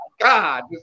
God